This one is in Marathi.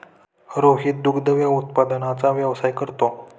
रोहित दुग्ध उत्पादनाचा व्यवसाय करतो